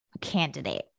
candidate